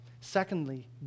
Secondly